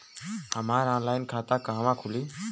हमार ऑनलाइन खाता कहवा खुली?